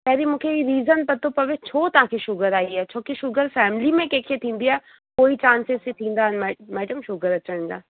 पहिरीं मूंखे ही रीज़न पतो पवे छो तव्हांखे शुगर आहे इहो छो की शुगर फ़ैमिली में कंहिंखे थींदी आहे पोइ ई चांसिस थींदा आहिनि मै मैडम शुगर अचण जा